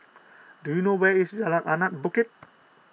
do you know where is Jalan Anak Bukit